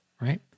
Right